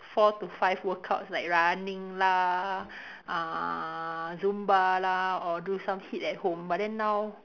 four to five workouts like running lah uh Zumba lah or do some HIIT at home but then now